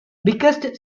biggest